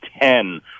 ten